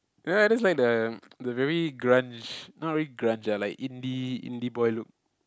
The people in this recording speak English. ya I just like the the very grunge not really grunge ah like indie indie boy look